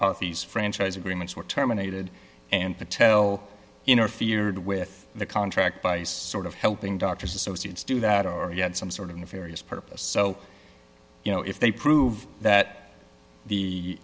these franchise agreements were terminated and patel interfered with the contract by sort of helping doctors associates do that or you had some sort of nefarious purpose so you know if they prove that